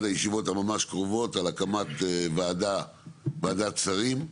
הישיבות הממש קרובות להקמת וועדת שרים,